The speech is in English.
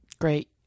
Great